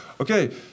okay